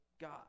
God